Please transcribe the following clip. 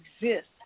exist